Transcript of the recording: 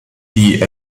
die